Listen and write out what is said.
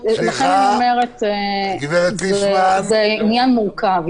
זה עניין מורכב.